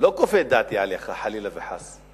לא כופה את דעתי עליך, חלילה וחס.